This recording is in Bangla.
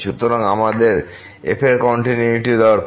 সুতরাং আমাদের f এর কন্টিনিউয়িটি দরকার